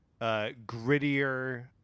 grittier